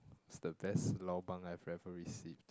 is the best lobang I have ever received